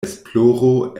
esploro